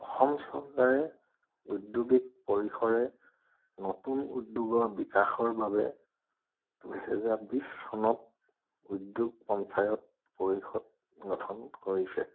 অসম চৰকাৰে উদ্যোগিক পৰিসৰে নতুন উদ্যোগৰ বিকাশৰ বাবে দুহেজাৰ বিছ চনত উদ্যোগ পঞ্চায়ত পৰিষদ গঠন কৰিছে